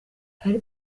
hari